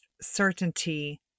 certainty